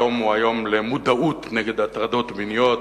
היום הוא יום למודעות נגד הטרדות מיניות,